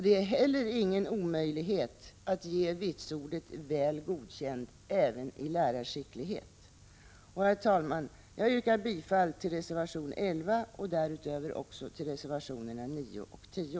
Det är heller ingen omöjlighet att ge vitsordet Väl godkänd även i lärarskicklighet. Herr talman! Jag yrkar bifall till reservation 11 och därutöver också till reservationerna 9 och 10.